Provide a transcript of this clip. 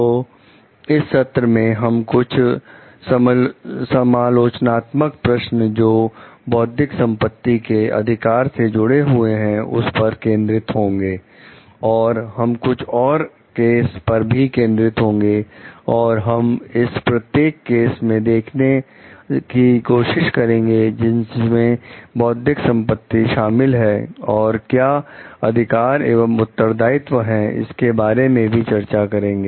तो इस सत्र में हम कुछ समालोचनात्मक प्रश्न जो बौद्धिक संपत्ति के अधिकार से जुड़े हुए हैं उस पर केंद्रित होंगे और हम कुछ और केस पर भी केंद्रित होंगे और हम इन प्रत्येक केस में देखने की कोशिश करेंगे जिसमें बौद्धिक संपत्ति शामिल है और क्या अधिकार एवं उत्तरदायित्व हैं इसके बारे में भी चर्चा करेंगे